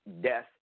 death